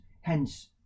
hence